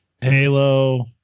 Halo